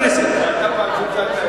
אגב, לא רק אתה, כל חבר כנסת.